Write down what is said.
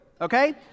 Okay